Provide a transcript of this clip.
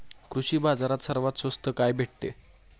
कृषी बाजारात सर्वात स्वस्त काय भेटते?